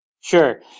Sure